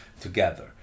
together